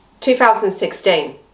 2016